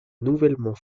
nouvellement